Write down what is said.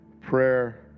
prayer